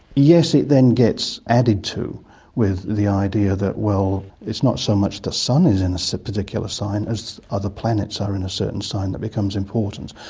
yes, it then gets added to with the idea that it's it's not so much the sun is in a so particular sign as other planets are in a certain sign that becomes important,